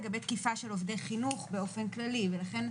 לגבי תקיפה של עובדי חינוך באופן כללי ולכן,